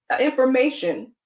information